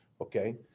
okay